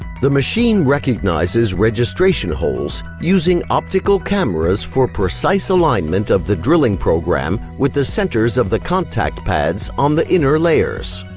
the machine recognizes registration holes using optical cameras for precise alignment of the drilling programme with the centers of the contact pads on the inner layes.